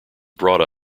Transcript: brought